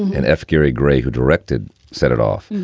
and f. gary gray, who directed set it off,